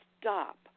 stop